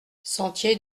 sentier